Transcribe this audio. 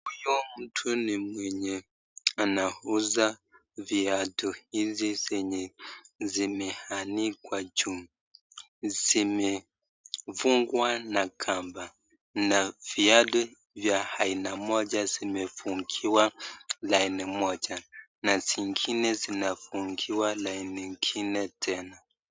Huyu mtu ni mwenye anauza viatu hizi zenye zimeanikwa juu, zimefungwa na kamba na viatu vya aina moja zimefungiwa laini moja na zingine zinafungiwa laini ingine tena.